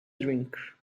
drink